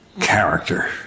character